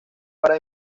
para